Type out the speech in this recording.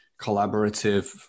collaborative